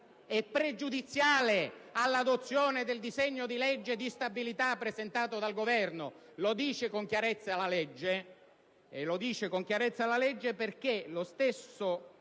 e pregiudiziale all'adozione del disegno di legge di stabilità presentato dal Governo: lo dice con chiarezza la legge, che